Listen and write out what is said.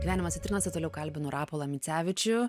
gyvenimo citrinose toliau kalbinu rapolą micevičių